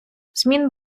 змін